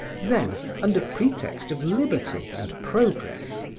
then, under pretext of liberty and progress,